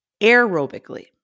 aerobically